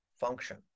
function